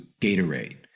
Gatorade